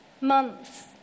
months